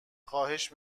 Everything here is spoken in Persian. خواهش